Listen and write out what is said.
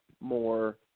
more